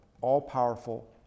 all-powerful